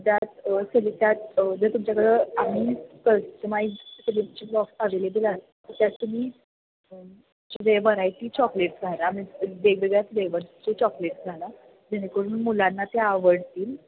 त्यात सेलि त्यात जर तुमच्याकडं आणि कस्टमाईजड गिफ्टचे ब्लॉक्स अवेलेबल आहेत तर त्यात तुम्ही जे व्हरायटी चॉकलेटस घाला म्हणजे वेगवेगळ्या फ्लेवर्सचे चॉकलेट्स घाला जेणेकरून मुलांना ते आवडतील